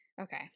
Okay